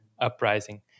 uprising